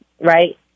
right